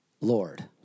Lord